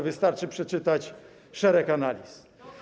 Wystarczy przeczytać szereg analiz.